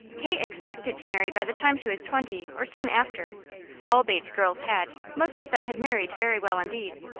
kate expected to marry by the time she was twenty or soon after all bates girls had, most of them had married very well indeed.